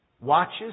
watches